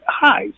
highs